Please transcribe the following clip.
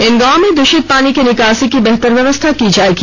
इन गांवों में दूषित पानी की निकासी की बेहतर व्यवस्था की जाएगी